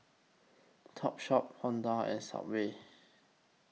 Topshop Honda and Subway